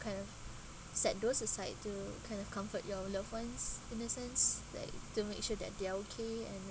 kind of set those aside to kind of comfort your loved ones in the sense like to make sure that they are okay and